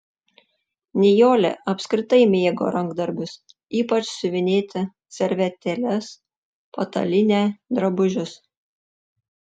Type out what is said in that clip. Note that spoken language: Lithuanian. nijolė apskritai mėgo rankdarbius ypač siuvinėti servetėles patalynę drabužius